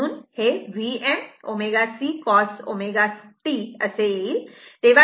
म्हणून हे Vm ω C cos ω t असे येईल